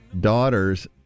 daughter's